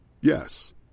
Yes